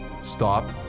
Stop